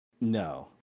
No